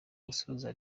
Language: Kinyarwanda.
gusoza